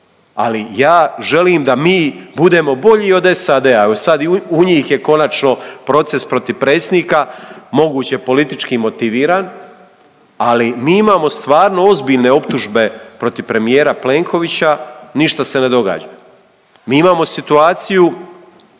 Ali ja želim da mi budemo bolji i od SAD-a. Sad i u njih je konačno proces protiv predsjednika moguće politički motiviran, ali mi imamo stvarno ozbiljne optužbe protiv premijera Plenkovića, ništa se ne događa. Mi imamo situaciju